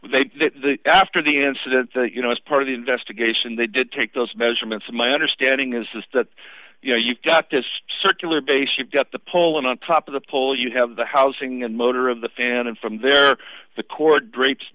honor the after the incident you know as part of the investigation they did take those measurements and my understanding is that you know you've got this circular base you've got the pole and on top of the pole you have the housing and motor of the fan and from there the cord drapes